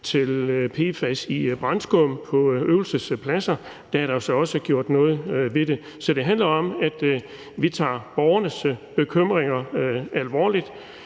til PFAS i brandskum på øvelsespladser gjort noget konkret ved det. Så det handler om, at vi tager borgernes bekymringer alvorligt.